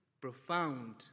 profound